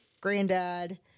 granddad